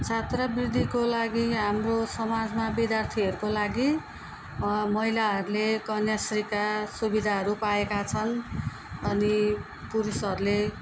छात्र वृत्तिको लागि हाम्रो समाजमा विद्यार्थीहरूको लागि महिलाहरूले कन्याश्रीका सुविधाहरू पाएका छन् अनि पुरुषहरूले